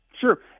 Sure